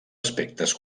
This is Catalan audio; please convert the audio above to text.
aspectes